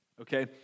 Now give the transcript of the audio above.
okay